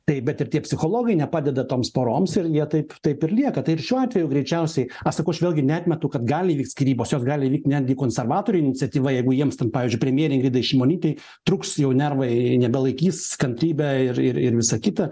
taip bet ir tie psichologai nepadeda toms poroms ir jie taip taip ir lieka tai ir šiuo atveju greičiausiai aš sakau aš vėlgi neatmetu kad gali įvykt skyrybos jos gali vykti netgi konservatorių iniciatyva jeigu jiems ten pavyzdžiui premjerei ingridai šimonytei truks jau nervai nebelaikys kantrybė ir ir ir visa kita